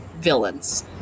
villains